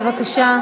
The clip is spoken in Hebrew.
בבקשה,